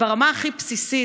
ברמה הכי בסיסית,